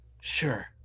sure